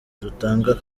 dutanga